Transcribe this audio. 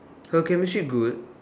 her chemistry good